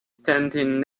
standing